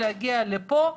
להגיע לפה,